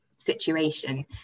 situation